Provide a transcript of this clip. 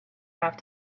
have